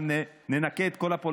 אם ננקה את כל הפוליטיקה,